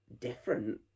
different